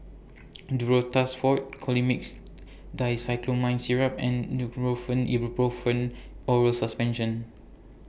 Duro Tuss Forte Colimix Dicyclomine Syrup and Nurofen Ibuprofen Oral Suspension